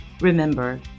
Remember